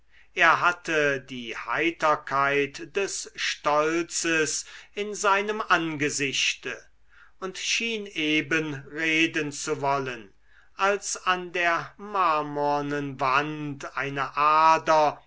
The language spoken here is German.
er hatte die heiterkeit des stolzes in seinem angesichte und schien eben reden zu wollen als an der marmornen wand eine ader